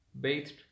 bathed